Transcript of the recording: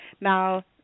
Now